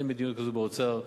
אין מדיניות כזאת באוצר.